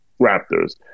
Raptors